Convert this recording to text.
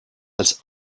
als